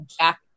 Jack